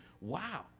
wow